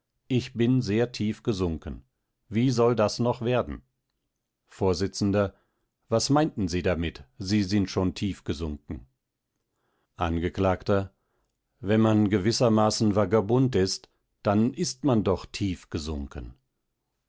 ich bin sehr tief gesunken wie soll das noch werden vors was meinten sie damit sie sind schon tief gesunken angekl wenn man gewissermaßen vagabund ist dann ist man doch tief gesunken